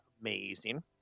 amazing